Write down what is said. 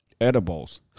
Edibles